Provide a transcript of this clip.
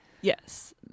Yes